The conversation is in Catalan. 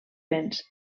vents